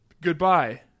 Goodbye